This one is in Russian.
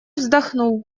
вздохнул